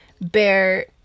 bear